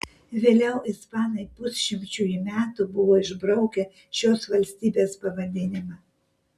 vėliau ispanai pusšimčiui metų buvo išbraukę šios valstybės pavadinimą